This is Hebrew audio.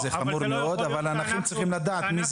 זה חמור מאוד אבל הנכים צריכים לדעת מי